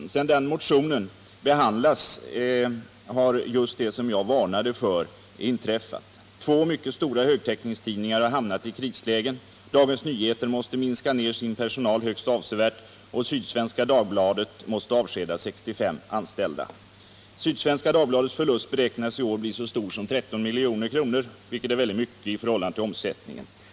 Efter det att denna motion behandlats har just det som jag varnade för inträffat. Två mycket stora högtäckningstidningar har hamnat i krislägen. Dagens Nyheter måste minska ner sin personal högst avsevärt, och Sydsvenska Dagbladet måste avskeda 65 anställda. Sydsvenska Dagbladets förlust beräknas i år bli så stor som 13 milj.kr., vilket är väldigt mycket i förhållande till omsättningen.